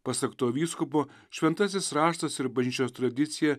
pasak to vyskupo šventasis raštas ir bažnyčios tradicija